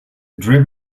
drip